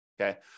okay